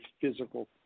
physical